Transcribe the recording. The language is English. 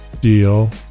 deal